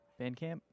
Bandcamp